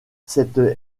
cette